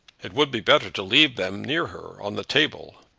it would be better to leave them near her on the table.